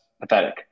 pathetic